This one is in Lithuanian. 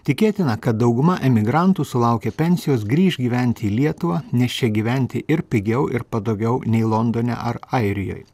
tikėtina kad dauguma emigrantų sulaukę pensijos grįš gyventi į lietuvą nes čia gyventi ir pigiau ir patogiau nei londone ar airijoj